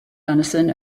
denison